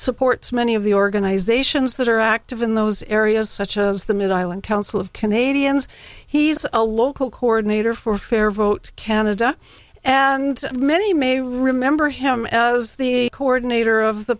supports many of the organizations that are active in those areas such as the middle and council of canadians he's a local coordinator for fair vote canada and many may remember him as the coordinator of the